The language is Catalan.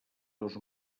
dos